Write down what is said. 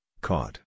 caught